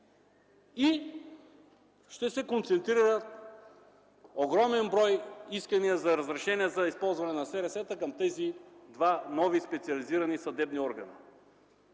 ще се концентрира огромен брой искания за разрешения за използване на СРС към тези два нови специализирани съдебни органа.